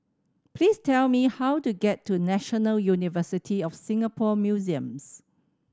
please tell me how to get to National University of Singapore Museums